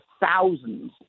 thousands –